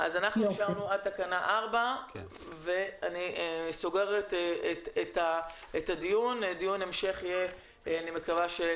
אז אישרנו עד תקנה 4. אני מקווה שיהיה דיון המשך בקרוב.